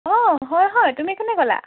অঁ হয় হয় তুমি কোনে ক'লা